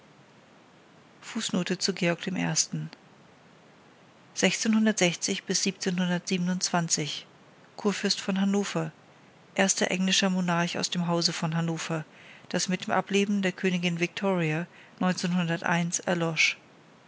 englischer monarch aus dem hause von hannover das mit dem ableben der königin victoria erlosch